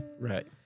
Right